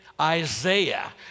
Isaiah